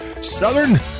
Southern